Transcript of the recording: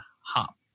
hop